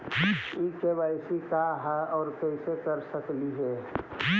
KYC का है, और कैसे कर सकली हे?